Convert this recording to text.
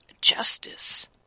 justice